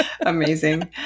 Amazing